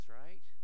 right